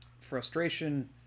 frustration